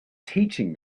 teaching